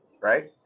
right